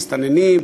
מסתננים,